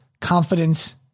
confidence